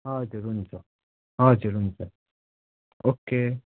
हजुर हुन्छ हजुर हुन्छ ओके